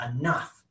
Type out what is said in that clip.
enough